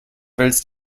wälzt